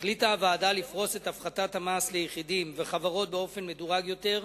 החליטה הוועדה לפרוס את הפחתת המס ליחידים ולחברות באופן מדורג יותר,